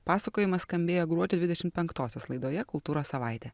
pasakojimas skambėjo gruodžio dvidešimt penktosios laidoje kultūros savaitė